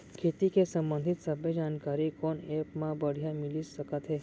खेती के संबंधित सब्बे जानकारी कोन एप मा बढ़िया मिलिस सकत हे?